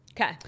Okay